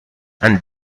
and